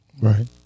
Right